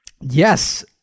Yes